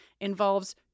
involves